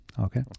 Okay